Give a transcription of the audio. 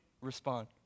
respond